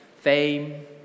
fame